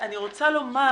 אני רוצה לומר